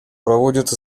проводит